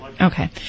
Okay